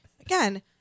Again